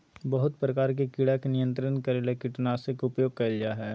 बहुत प्रकार के कीड़ा के नियंत्रित करे ले कीटनाशक के उपयोग कयल जा हइ